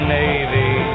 navy